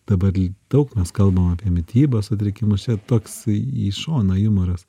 dabar daug mes kalbam apie mitybos sutrikimus čia toks į šoną jumoras